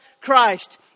Christ